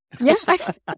Yes